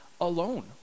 alone